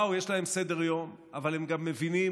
הם באו, יש להם סדר-יום, אבל גם הם מבינים,